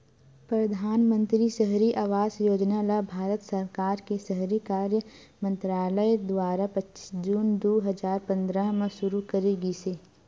परधानमंतरी सहरी आवास योजना ल भारत सरकार के सहरी कार्य मंतरालय दुवारा पच्चीस जून दू हजार पंद्रह म सुरू करे गिस